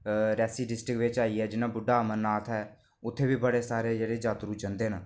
Reasi district बिच आई गेआ जि'यां बुड्ढा अमरनाथ ऐ उत्थै बी बड़े सारे जेह्ड़े जात्तरू जंदे न